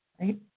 Right